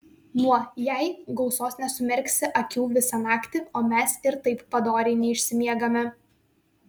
nuo jei gausos nesumerksi akių visą naktį o mes ir taip padoriai neišsimiegame